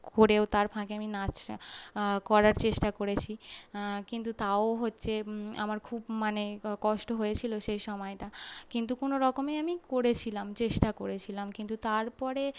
করেও তার ফাঁকে আমি নাচটা করার চেষ্টা করেছি কিন্তু তাও হচ্ছে আমার খুব মানে কষ্ট হয়েছিল সেই সময়টা কিন্তু কোনো রকমে আমি করেছিলাম চেষ্টা করেছিলাম কিন্তু তারপরে